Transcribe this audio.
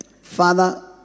Father